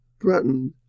threatened